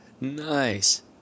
Nice